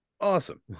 Awesome